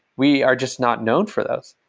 we are just not known for those.